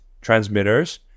transmitters